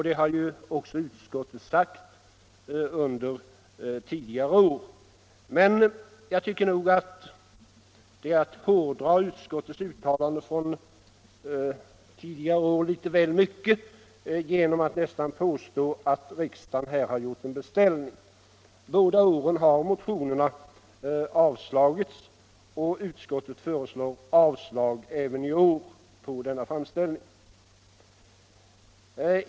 Det har också utskottet sagt under tidigare år, men jag tycker nog att det är att hårdra utskottets tidigare uttalanden litet väl mycket att påstå att riksdagen har gjort en beställning. Båda åren har motioner i frågan avslagits, och utskottet föreslår avslag även i år på denna framställning.